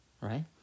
right